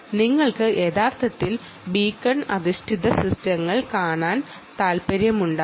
നിങ്ങൾക്ക് യഥാർത്ഥത്തിൽ ബീക്കൺ അധിഷ്ഠിത സിസ്റ്റങ്ങൾ കാണാൻ താൽപ്പര്യമുണ്ടാകാം